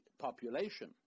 population